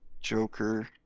Joker